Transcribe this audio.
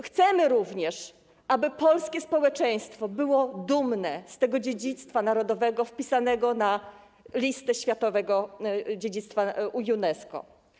Chcemy również, aby polskie społeczeństwo było dumne z tego dziedzictwa narodowego wpisanego na listę światowego dziedzictwa UNESCO.